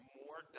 more